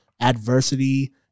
adversity